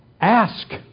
ask